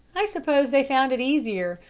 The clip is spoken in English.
i suppose they found it easier.